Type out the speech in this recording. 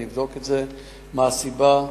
אני אבדוק מה הסיבה.